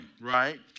right